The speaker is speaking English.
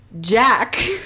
Jack